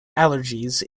allergies